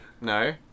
No